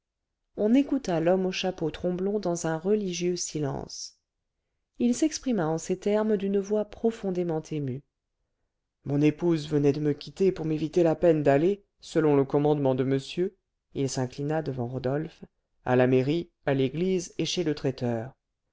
on écouta l'homme au chapeau tromblon dans un religieux silence il s'exprima en ces termes d'une voix profondément émue mon épouse venait de me quitter pour m'éviter la peine d'aller selon le commandement de monsieur il s'inclina devant rodolphe à la mairie à l'église et chez le traiteur